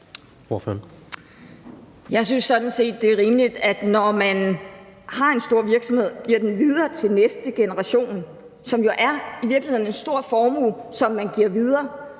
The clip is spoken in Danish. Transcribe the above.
Jeg synes sådan set, det er rimeligt, at når man har en stor virksomhed og giver den videre til næste generation – det er jo i virkeligheden en stor formue, man giver videre